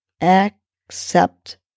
accept